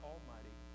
Almighty